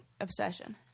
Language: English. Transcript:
obsession